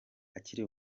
akiri